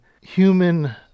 human